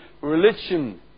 religion